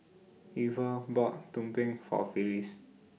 Iver bought Tumpeng For Phylis